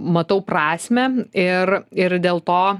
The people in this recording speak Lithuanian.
matau prasmę ir ir dėl to